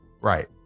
Right